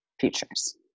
Futures